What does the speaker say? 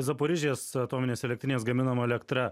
zaporižės atominės elektrinės gaminama elektra